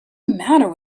matter